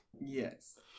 yes